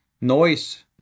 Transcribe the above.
noise